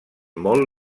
molt